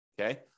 Okay